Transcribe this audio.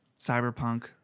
cyberpunk